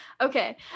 Okay